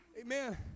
Amen